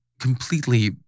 Completely